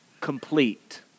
complete